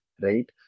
right